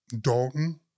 Dalton